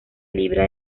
libra